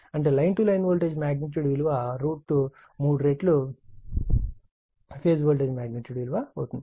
అంటే line to line voltage magnitude విలువ 3 రెట్లు ఫేజ్ వోల్టేజ్ మాగ్నిట్యూడ్ విలువ అవుతుంది